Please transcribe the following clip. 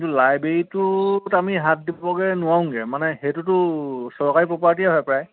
কিন্তু লাইব্ৰেৰীটোত আমি হাত দিবগে নোৱাৰোগে মানে সেইটোতো চৰকাৰী প্ৰপাৰ্টিয়ে হয় প্ৰায়